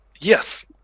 Yes